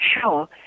Sure